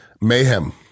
Mayhem